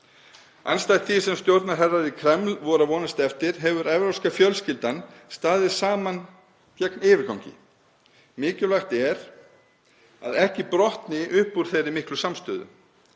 Andstætt því sem stjórnarherrar í Kreml voru að vonast eftir hefur evrópska fjölskyldan staðið saman gegn yfirgangi. Mikilvægt er að ekki brotni upp úr þeirri miklu samstöðu.